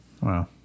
Wow